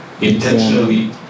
intentionally